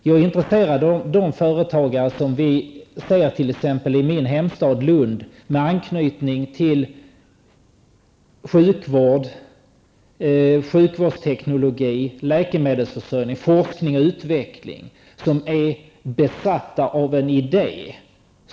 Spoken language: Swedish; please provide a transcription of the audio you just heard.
Jag är intresserad av de företagare som vi ser i t.ex. min hemstad Lund, med anknytning till sjukvård, sjukvårdsteknologi, läkemedelsförsörjning, forskning och utveckling och som är besatta av en idé.